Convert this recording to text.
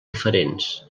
diferents